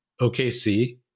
OKC